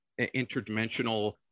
interdimensional